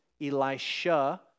Elisha